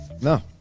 No